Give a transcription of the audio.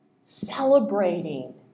Celebrating